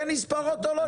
כן נספרות או לא נספרות?